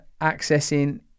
accessing